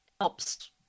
helps